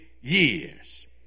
years